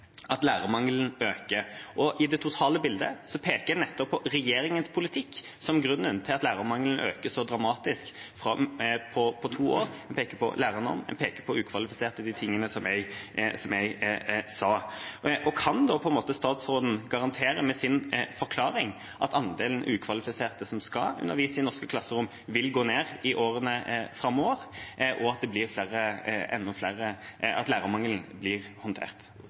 bildet peker en nettopp på regjeringas politikk som grunnen til at lærermangelen har økt så dramatisk på to år. En peker på lærernorm, en peker på ukvalifiserte lærere, en peker på de tingene jeg nevnte. Kan statsråden da på en måte garantere, med sin forklaring, at andelen ukvalifiserte som skal undervise i norske klasserom, vil gå ned i årene framover, og at lærermangelen blir håndtert? Representanten pleier ofte å ende spørsmålet sitt med å spørre om statsråden kan garantere. Jeg tror ikke at